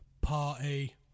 Party